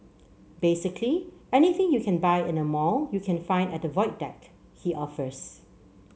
basically anything you can buy in a mall you can find at the Void Deck he offers